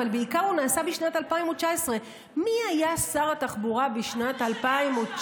אבל בעיקר הוא נעשה בשנת 2019. מי היה שר התחבורה בשנת 2019?